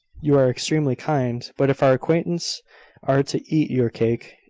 you are extremely kind but if our acquaintance are to eat your cake,